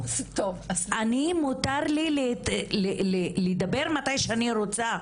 אני מותר לי לדבר מתי שאני רוצה.